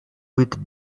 with